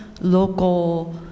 local